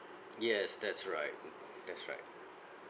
yes that's right that's right